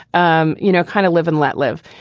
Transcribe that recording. um you know, kind of live and let live.